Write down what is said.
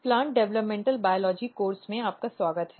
plant development biology course में आपका स्वागत है